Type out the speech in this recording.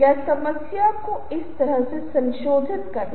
केंद्र चरण लेने के बजाय एक अंक का चित्रण करें